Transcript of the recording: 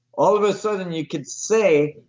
all of a sudden, you could say,